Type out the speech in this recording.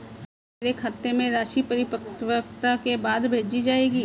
क्या मेरे खाते में राशि परिपक्वता के बाद भेजी जाएगी?